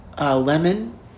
Lemon